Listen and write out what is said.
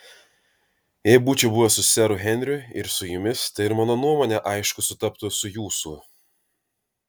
jei būčiau buvęs su seru henriu ir su jumis tai ir mano nuomonė aišku sutaptų su jūsų